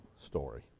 story